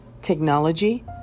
technology